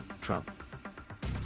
Trump